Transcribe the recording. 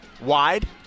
wide